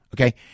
Okay